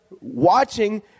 watching